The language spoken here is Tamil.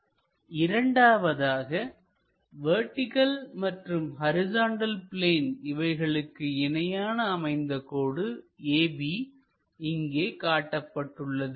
12 இரண்டாவதாகவெர்டிகள் மற்றும் ஹரிசாண்டல் பிளேன் இவைகளுக்கு இணையாக அமைந்த கோடு AB இங்கே காட்டப்பட்டுள்ளது